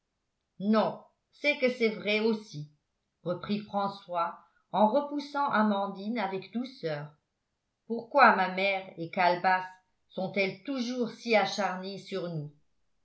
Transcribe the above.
non c'est que c'est vrai aussi reprit françois en repoussant amandine avec douceur pourquoi ma mère et calebasse sont-elles toujours si acharnées sur nous